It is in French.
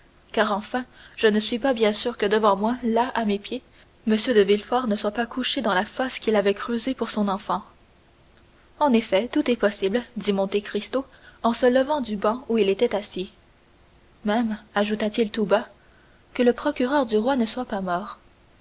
car enfin je ne suis pas bien sûr que devant moi là à mes pieds m de villefort ne soit pas couché dans la fosse qu'il avait creusé pour son enfant en effet tout est possible dit monte cristo en se levant du banc où il était assis même ajouta-t-il tout bas que le procureur du roi ne soit pas mort